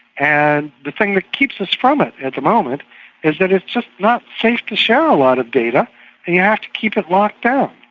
and the thing that keeps us from it at the moment is that it's just not safe to share a lot of data and you have to keep it locked down.